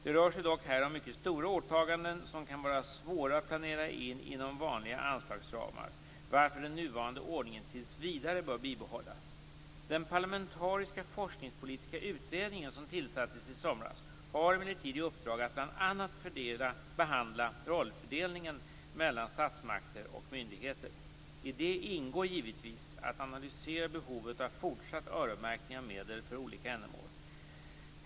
Det rör sig dock här om mycket stora åtaganden, som kan vara svåra att planera in inom vanliga anslagsramar, varför den nuvarande ordningen tills vidare bör behållas. Den parlamentariska forskningspolitiska utredningen, som tillsattes i somras, har i uppdrag att bl.a. behandla rollfördelningen mellan statsmakter och myndigheter. I detta ingår givetvis att analysera behovet av fortsatt öronmärkning av medel för olika ändamål.